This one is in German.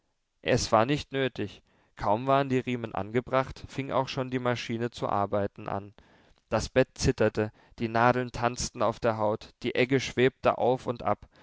es war nicht nötig kaum waren die riemen angebracht fing auch schon die maschine zu arbeiten an das bett zitterte die nadeln tanzten auf der haut die egge schwebte auf und ab